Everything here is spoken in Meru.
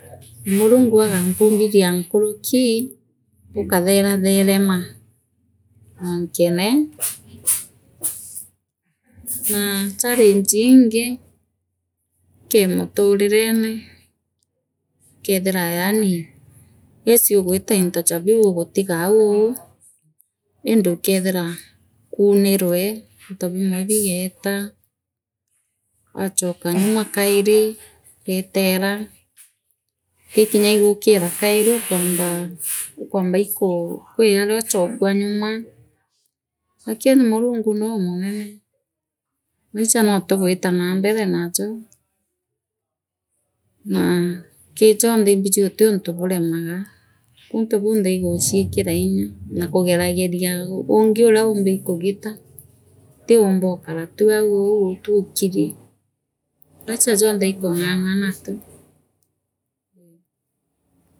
Na murungu agampumbithaa nkuruki nkatheratherema noo nkone naa challenge iingi kii muturirone ukenthira yaani yes ugwiita into ja biu ugutigaau uu indi ukethira kuunirwe into bimwe bigeeta waachoka nyuma kairi ugeetera wikinya guukira kairi ukwamba ukwamba kwii aria oochoekua nyuma lakini murungu nuumunene maisha noo tugwita naa mbele najo naa kii jonthe imbiji utiuntu buremaa untu bunthe iguchiikira inya naa kugoragoria uungi uria umba kugita tii umba gukara tu au tu ukiri maicha jonthe likung’ang’ana.